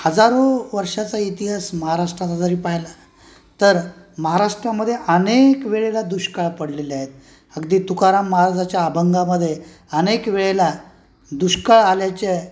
हजारो वर्षांचा इतिहास महाराष्ट्राचा जरी पाहिला तर महाराष्ट्रामध्ये अने क वेळेला दुष्काळ पडलेले आहेत अगदी तुकाराम महाराजांच्या अभंगांमध्ये अनेक वेळेला दुष्काळ आल्याच्या